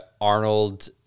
arnold